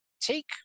take